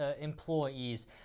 employees